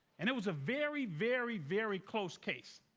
and it was a very, very, very close case.